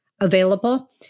available